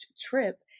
trip